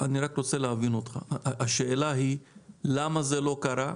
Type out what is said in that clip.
אני רק רוצה להבין אותך: השאלה היא למה זה לא קרה,